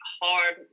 hard